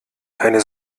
keine